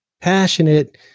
passionate